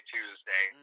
Tuesday